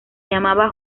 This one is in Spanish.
llamaba